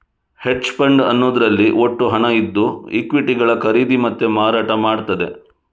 hedge fund ಅನ್ನುದ್ರಲ್ಲಿ ಒಟ್ಟು ಹಣ ಇದ್ದು ಈಕ್ವಿಟಿಗಳ ಖರೀದಿ ಮತ್ತೆ ಮಾರಾಟ ಮಾಡ್ತದೆ